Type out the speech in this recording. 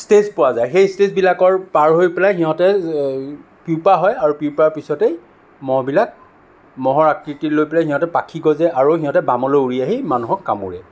stage পোৱা যায় সেই ষ্টেজবিলাকৰ পাৰ হৈ পেলাই সিহঁতে পিউপা হয় আৰু পিউপাৰ পিছতেই মহবিলাক মহৰ আকৃতি লৈ পেলাই সিহঁতৰ পাখি গঁজে আৰু সিহঁতে বামলৈ উৰি আহি মানুহক কামোৰে